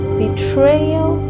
betrayal